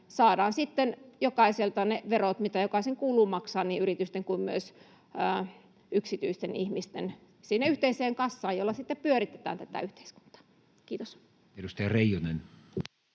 saadaan sitten jokaiselta ne verot, mitä jokaisen kuuluu maksaa, niin yritysten kuin myös yksityisten ihmisten sinne yhteiseen kassaan, jolla sitten pyöritetään tätä yhteiskuntaa. — Kiitos. [Speech